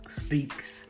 speaks